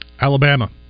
Alabama